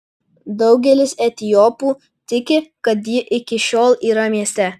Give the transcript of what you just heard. daugelis etiopų tiki kad ji iki šiol yra mieste